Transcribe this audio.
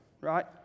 right